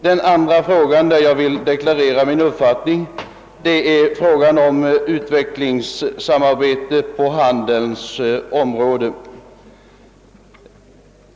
Den andra fråga där jag vill deklarera min uppfattning gäller utvecklingssamarbete på handelns område.